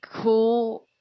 cool